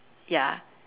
ya